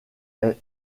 est